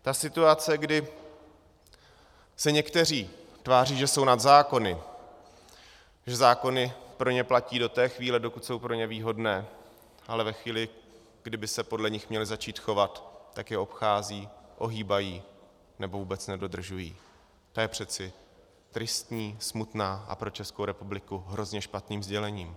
Ta situace, kdy se někteří tváří, že jsou nad zákony, že zákony pro ně platí do té chvíle, dokud jsou pro ně výhodné, ale ve chvíli, kdy by se podle nich měli začít chovat, tak je obcházejí, ohýbají nebo vůbec nedodržují, to je přece tristní, smutné a pro Českou republiku hrozně špatné sdělení.